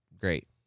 great